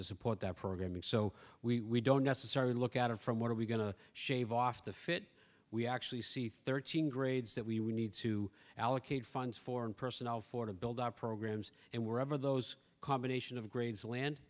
to support that program and so we don't necessarily look at it from what are we going to shave off the fit we actually see thirteen grades that we we need to allocate funds for and personnel for to build our programs and we're over those combination of grades land